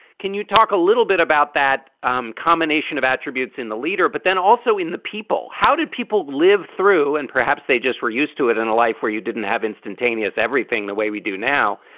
can you talk a little bit about that um combination of attributes in the leader, but then also in the people? how did people live through and perhaps they just were used to it in a life where you didn't have instantaneous everything the way we do now,